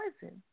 poison